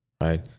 right